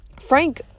frank